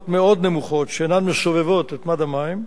מאוד נמוכות שאינן מסובבות את מד המים,